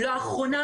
לאחרונה,